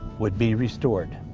would be restored.